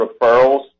referrals